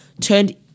turned